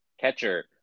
catcher